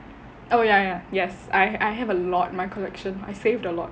oh ya ya yes I I have a lot in my collection I saved a lot